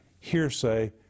hearsay